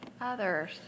others